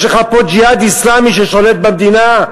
יש לך פה ג'יהאד אסלאמי ששולט במדינה,